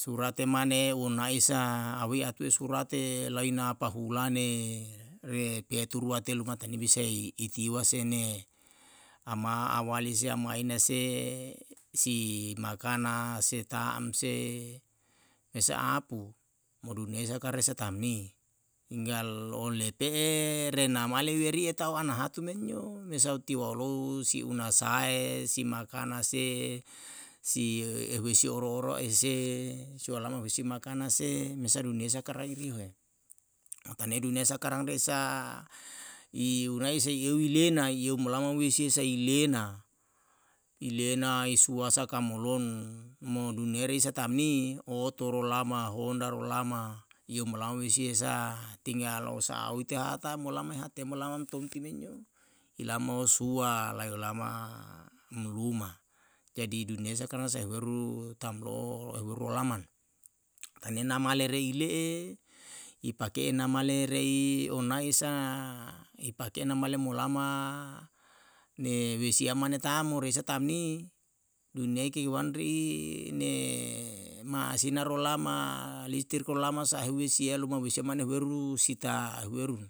surate mane onaisa aweate surate laina pahulane re patu rua telu mata ni bisai itiwa se ne ama awali se, ama ina se, si makana se tam se mesa apu mo duniyai resaka tamni, tinggal lolepe'e renamale weriye eriye enahatu men yo, mesa tiwalou si unasae si makana se, si ehuwesi oro oro eise, siwalama si makana se, mesa duniyai sekarang iriyohe. tanei duniyai sekarang re sa inuai sei leu ilena ieu olama ise sai lena, iline si suasa kamolon mo duniyai resa tam ni, oto rolama, honda rolama, iyo mo lama wesiye sa tinggal osa'a oite hata mo lama hate mo lama tom ti men yo. Ilamao sua, laiyo lama muluma, jadi duniyai sekaarang sahiweru tam lo ehuweru laman, tanei lama le rei le'e ipake nama le rei onaesa ipake nama le mo lama ne wasiya mane tam mo re sa tam ni, duniyai ke uwan ri ne ma'asina ro lama tilir ko lama sahiwesi luma weisya huweru sita huweru